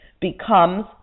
becomes